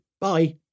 Bye